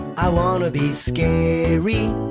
i wanna be scary.